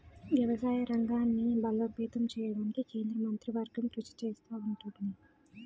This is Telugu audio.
వ్యవసాయ రంగాన్ని బలోపేతం చేయడానికి కేంద్ర మంత్రివర్గం కృషి చేస్తా ఉంటది